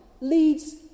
leads